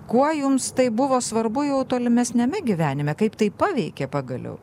kuo jums tai buvo svarbu jau tolimesniame gyvenime kaip tai paveikė pagaliau